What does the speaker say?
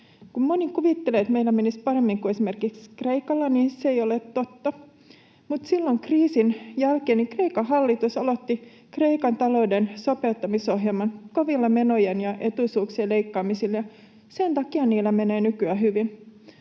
Kun moni kuvittelee, että meillä menisi paremmin kuin esimerkiksi Kreikalla, niin se ei ole totta. Mutta silloin kriisin jälkeen Kreikan hallitus aloitti Kreikan talouden sopeuttamisohjelman kovilla menojen ja etuisuuksien leikkaamisilla, ja sen takia niillä menee nykyään hyvin.